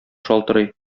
шалтырый